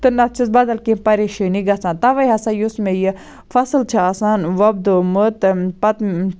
تہٕ نَتہٕ چھَس بَدَل کینٛہہ پَریشٲنی گَژھان تَوَے ہَسا یُس مےٚ یہِ فصل چھِ آسان وۄپدومُت پَتہٕ